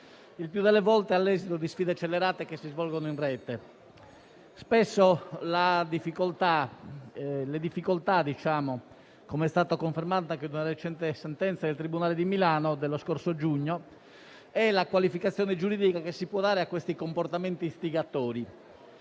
il più delle volte all'esito di sfide scellerate che si svolgono in Rete. Spesso le difficoltà - come è stato confermato anche da una recente sentenza del tribunale di Milano dello scorso giugno - è la qualificazione giuridica che si può dare a questi comportamenti istigatori.